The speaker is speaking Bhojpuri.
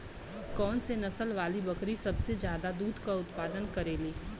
कौन से नसल वाली बकरी सबसे ज्यादा दूध क उतपादन करेली?